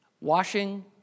washing